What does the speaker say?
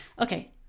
Okay